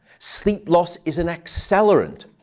sleep loss is an accelerant.